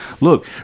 Look